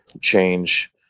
change